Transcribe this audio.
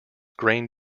grain